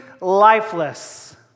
lifeless